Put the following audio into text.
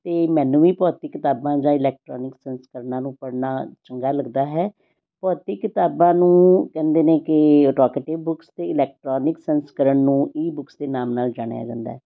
ਅਤੇ ਮੈਨੂੰ ਵੀ ਭੌਤਿਕ ਕਿਤਾਬਾਂ ਜਾਂ ਇਲੈਕਟਰੋਨਿਕ ਸੰਸਕਰਣਾਂ ਨੂੰ ਪੜ੍ਹਨਾ ਚੰਗਾ ਲੱਗਦਾ ਹੈ ਭੌਤਿਕ ਕਿਤਾਬਾਂ ਨੂੰ ਕਹਿੰਦੇ ਨੇ ਕਿ ਬੁੱਕਸ ਅਤੇ ਇਲੈਕਟਰੋਨਿਕ ਸੰਸਕਰਨ ਨੂੰ ਈ ਬੁੱਕਸ ਦੇ ਨਾਮ ਨਾਲ ਜਾਣਿਆ ਜਾਂਦਾ